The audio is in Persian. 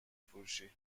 فروشی